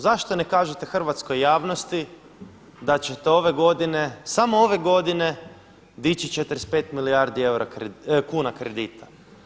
Zašto ne kažete hrvatskoj javnosti da ćete ove godine, samo ove godine dići 45 milijardi kuna kredita?